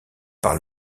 par